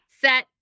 Set